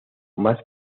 más